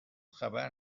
خبر